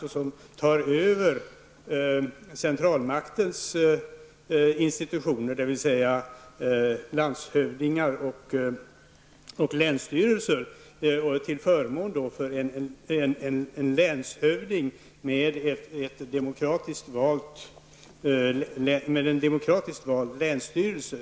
De skall ta över centralmaktens institutioner, dvs. landshövdingar och länsstyrelser, till förmån för en länshövding med en demokratiskt vald länsstyrelse.